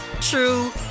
true